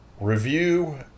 review